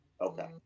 okay